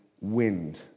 wind